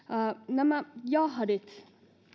nämä jahdit